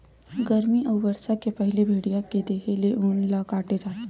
गरमी अउ बरसा के पहिली भेड़िया के देहे ले ऊन ल काटे जाथे